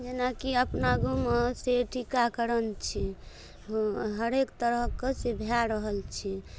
जेना कि अपना गाँवमे से टीकाकरण छै हरेक तरहके से भए रहल छै